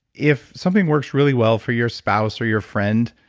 if something works really well for your spouse or your friend,